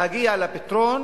להגיע לפתרון